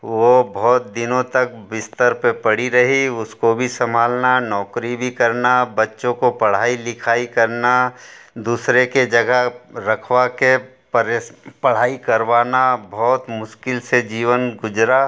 वह बहुत दिनों तक बिस्तर पर पड़ी रही उसको भी सम्भालना नौकरी भी करना बच्चों को पढ़ाई लिखाई करना दूसरे के जगह रखवा के परेस पढ़ाई करवाना बहुत मुश्किल से जीवन गुजरा